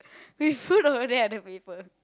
we put over there at the paper